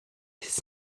his